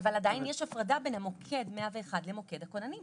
אבל עדיין יש הפרדה בין המוקד 101 למוקד הכוננים,